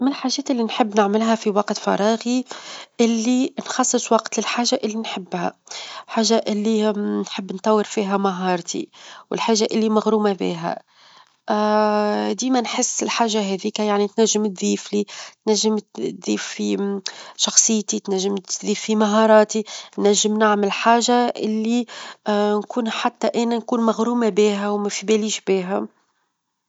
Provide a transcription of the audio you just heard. من الحاجات اللي نحب نعملها في وقت فراغي، اللي نخصص وقت للحاجة اللي نحبها، حاجة اللي نحب نطور فيها مهارتي، والحاجة اللي مغرومة بها، ديما نحس الحاجة هاذيك يعني تنجم تظيف لي، تنجم تضيف في شخصيتي، تنجم تظيف في مهاراتي، تنجم نعمل حاجة اللي نكون حتي أنا نكون مغرومة بها، و ما في باليش بها.